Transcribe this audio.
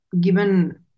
given